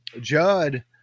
Judd